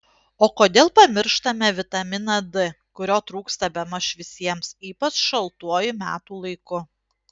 o kodėl pamištame vitaminą d kurio trūksta bemaž visiems ypač šaltuoju metų laiku